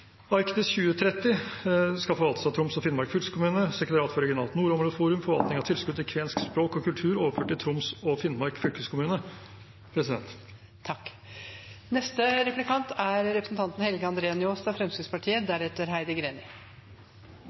Arktis 2030 skal forvaltes av Troms og Finnmark fylkeskommune, sekretariat for regionalt nordområdeforum, forvaltning av tilskudd til kvensk språk og kultur er overført til Troms og Finnmark fylkeskommune.